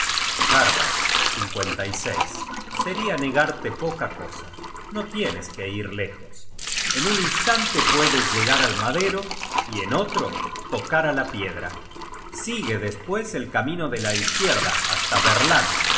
otra orilla harbard seria negarte poca cosa no tienes que ir lejos en un instante puedes llegar al madero y en otro tocar á la piedra sigue despues el camino de la izquierda hasta verland